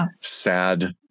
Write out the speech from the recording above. sad